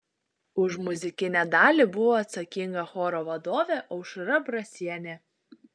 už muzikinę dalį buvo atsakinga choro vadovė aušra brasienė